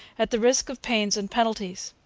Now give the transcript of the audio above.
at the risk of pains and penalties.